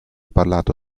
parlato